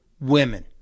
women